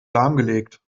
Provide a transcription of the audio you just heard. lahmgelegt